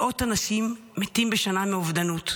בישראל מתים מאות אנשים בשנה מאובדנות.